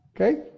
Okay